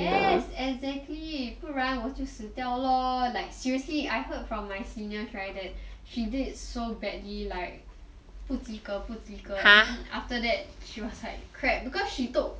yes exactly 不然我就死掉 lor like seriously I heard from my seniors right that she did so badly like 不及格不及格 and then after that she was like crap because she took